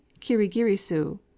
kirigirisu